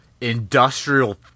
industrial